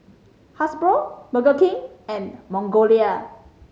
Hasbro Burger King and Magnolia